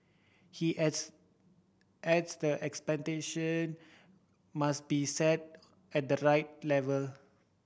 he adds adds the expectation must be set at the right level